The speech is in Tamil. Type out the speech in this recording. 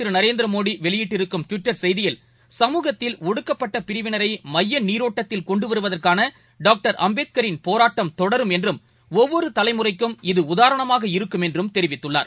திருநரேந்திரமோடிவெளியிட்டிருக்கும் செய்தியில் சமூகத்தில் பிரதமர் ஒடுக்கப்பட்டபிரிவினரைமையநீரோட்டத்தில் கொண்டுவருவதற்கானடாக்டர் அம்பேத்கரின் போராட்டம் தொடரும் என்றும் ஒவ்வொருதலைமுறைக்கும் இது உதாரணமாக இருக்கும் என்றும் தெரிவித்துள்ளார்